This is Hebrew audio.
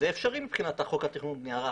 זה אפשרי מבחינת חוק התכנון והבנייה.